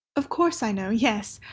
of course i know yes.